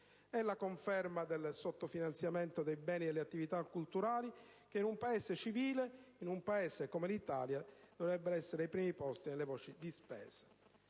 È la conferma è il sottofinanziamento dei beni e delle attività culturali, settori che in un Paese civile, come l'Italia, dovrebbero essere ai primi posti nelle voci di spesa.